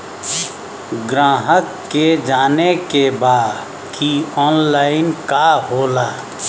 ग्राहक के जाने के बा की ऑनलाइन का होला?